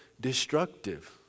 destructive